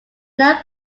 known